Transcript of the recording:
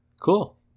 cool